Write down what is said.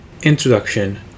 Introduction